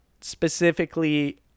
specifically